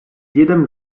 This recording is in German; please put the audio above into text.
jedem